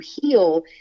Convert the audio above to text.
heal